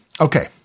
Okay